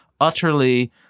utterly